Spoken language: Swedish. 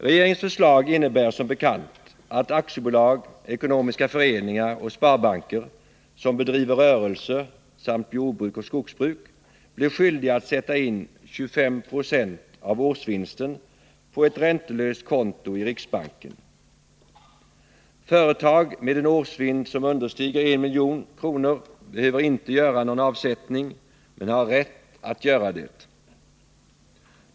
Regeringens förslag innebär, som bekant, att aktiebolag, ekonomiska föreningar och sparbanker som bedriver rörelse samt jordbruk och skogsbruk blir skyldiga att sätta in 25 96 av årsvinsten på ett räntelöst konto i riksbanken. Företag med en årsvinst som understiger 1 milj.kr. behöver inte göra någon avsättning, men har rätt att göra det.